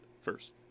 first